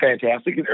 fantastic